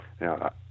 Now